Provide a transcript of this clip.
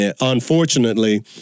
Unfortunately